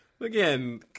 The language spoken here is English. Again